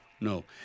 no